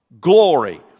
glory